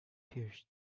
pierced